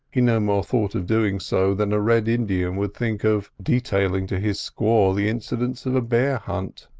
he no more thought of doing so than a red indian would think of detailing to his squaw the incidents of a bear hunt.